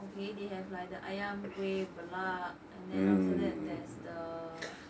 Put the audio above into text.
okay they have like the ayam kueh and then after that there's the